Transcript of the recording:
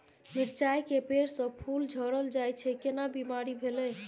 मिर्चाय के पेड़ स फूल झरल जाय छै केना बीमारी भेलई?